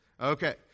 Okay